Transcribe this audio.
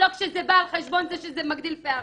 לא כשזה בא על חשבון זה שזה מגדיל פערים.